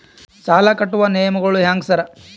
ಸಾಲ ಕಟ್ಟುವ ನಿಯಮಗಳು ಹ್ಯಾಂಗ್ ಸಾರ್?